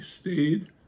stayed